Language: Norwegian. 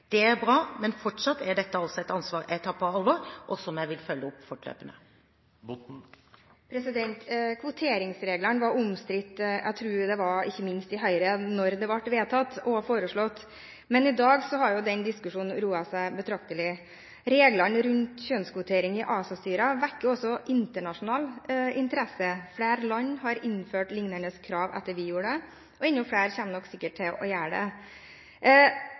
Det er bra, men fortsatt er dette et ansvar jeg tar på alvor, og som jeg vil følge opp fortløpende. Kvoteringsreglene var omstridte – ikke minst i Høyre, tror jeg – da de ble foreslått og vedtatt, men i dag har jo den diskusjonen roet seg betraktelig. Reglene rundt kjønnskvotering i ASA-styrer vekker også internasjonal interesse. Flere land har innført lignende krav etter at vi gjorde det, og enda flere kommer sikkert til å gjøre det.